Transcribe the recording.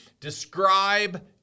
describe